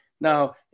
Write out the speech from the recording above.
Now